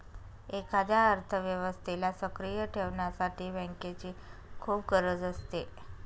एखाद्या अर्थव्यवस्थेला सक्रिय ठेवण्यासाठी बँकेची खूप गरज असते